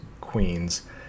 Queens